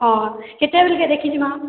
ହଁ କେତେବେଲ୍କେ ଦେଖି ଯିମା